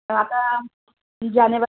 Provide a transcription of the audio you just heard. आता जानेवारी